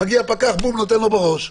פקח נותן לו בראש.